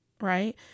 right